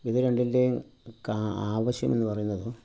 ഇത് രണ്ടിൻ്റെയും ആവശ്യമെന്ന് പറയുന്നത്